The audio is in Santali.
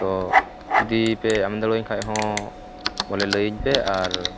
ᱛᱚ ᱡᱩᱫᱤ ᱯᱮ ᱮᱢ ᱫᱟᱲᱮᱭᱟᱹᱧ ᱠᱷᱟᱡ ᱦᱚᱸ ᱵᱚᱞᱮ ᱞᱟᱹᱭᱟᱹᱧ ᱯᱮ ᱟᱨ